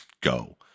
go